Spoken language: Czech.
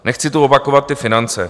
Nechci tu opakovat ty finance.